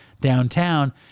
downtown